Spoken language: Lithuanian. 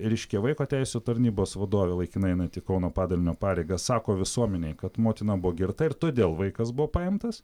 reiškia vaiko teisių tarnybos vadovė laikinai einanti kauno padalinio pareigas sako visuomenei kad motina buvo girta ir todėl vaikas buvo paimtas